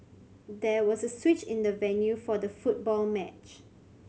there was a switch in the venue for the football match